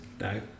No